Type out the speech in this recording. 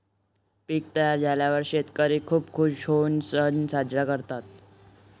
पीक तयार झाल्यावर शेतकरी खूप खूश होऊन सण साजरा करतात